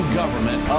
government